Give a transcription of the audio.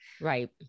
Right